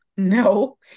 No